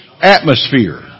atmosphere